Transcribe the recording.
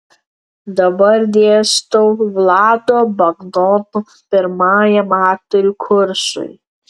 dabar dėstau vlado bagdono pirmajam aktorių kursui